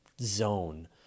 zone